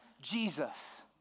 Jesus